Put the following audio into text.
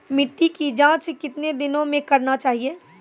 मिट्टी की जाँच कितने दिनों मे करना चाहिए?